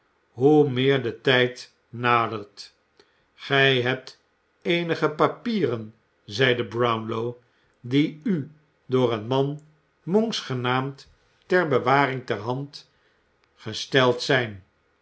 hoe meer de tijd nadert gij hebt eenige papieren zeide brown ow die u door een man monks genaamd ter bewaring ter hand gesteld zijn